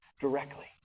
directly